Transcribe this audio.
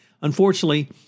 Unfortunately